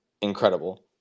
incredible